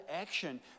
action